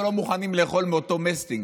אנחנו לא מוכנים לאכול מאותו מסטינג.